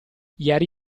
ieri